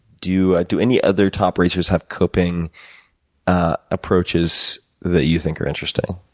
do do any other top racers have coping ah approaches that you think are interesting?